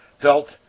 felt